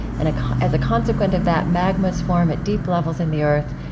and as a consequence of that, magmas form at deep levels in the earth.